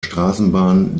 straßenbahn